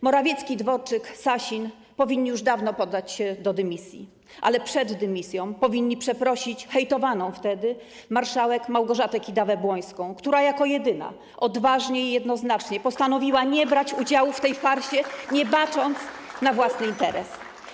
Morawiecki, Dworczyk i Sasin powinni już dawno poddać się do dymisji, a przed dymisją powinni przeprosić hejtowaną wtedy marszałek Małgorzatę Kidawę-Błońską, która jako jedyna odważnie i jednoznacznie postanowiła nie brać udziału w tej farsie, nie bacząc na własny interes.